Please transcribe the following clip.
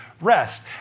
rest